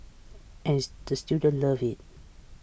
and the students love it